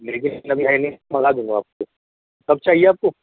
لیکن ابھی ہے نہیں منگا دوں گا آپ کو کب چاہیے آپ کو